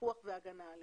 פיקוח והגנה על